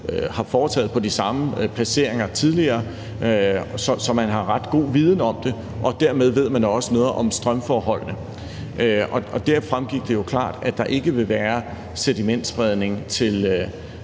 har foretaget på de samme placeringer tidligere, så man har ret god viden om det, og dermed ved man også noget om strømforholdene. Og der fremgik det jo klart, at der ikke vil være sedimentspredning til